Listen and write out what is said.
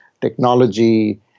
technology